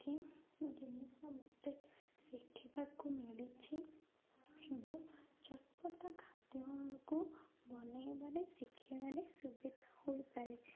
କିଛି ଜିନିଷ ମୋତେ ଶିଖିବାକୁ ମିଳିଛି ଏବଂ ଚଟପଟା ଖାଦ୍ୟକୁ ବନେଇବାରେ ଶିଖିବାରେ ସୁବିଧା ହୋଇପାରିଛି